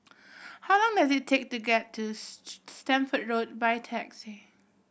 how long does it take to get to Stamford Road by taxi